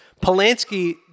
Polanski